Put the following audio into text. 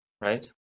right